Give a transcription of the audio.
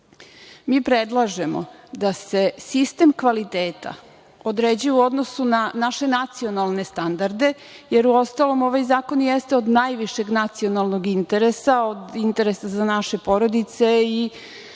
predlažemo da se sistem kvaliteta određuje u odnosu na naše nacionalne standarde, jer uostalom ovaj zakon jeste od najvišeg nacionalnog interesa, od interesa za naše porodice i